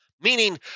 Meaning